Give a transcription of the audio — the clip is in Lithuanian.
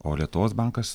o lietuvos bankas